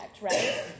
right